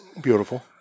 Beautiful